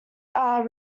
are